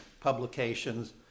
publications